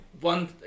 one